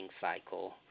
cycle